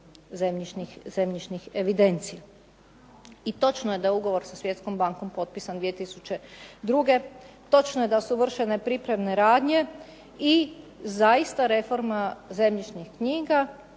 zemljišnih evidencija. I točno je da je ugovor sa Svjetskom bankom potpisan 2002., točno je da su vršene pripremne radnje i zaista reforma zemljišnih knjiga